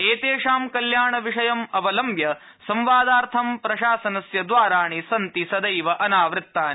एतेषां कल्याण विषयमवलम्ब्य संवादार्थम् प्रशासनस्य द्वाराणि सन्ति सदैव अनावृतानि